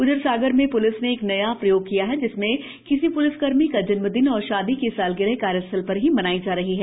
उधरसागर में प्लिस ने एक नया प्रयोग किया है जिसमें किसी प्लिस कर्मी का जन्मदिन और शादी की सालगिरह कार्यस्थल पर ही मनाई जा रही है